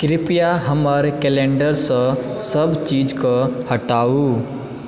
कृपया हमर कैलेन्डरसँ सब चीजके हटाउ